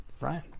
Ryan